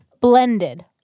Blended